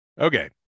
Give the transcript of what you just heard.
Okay